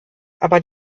aber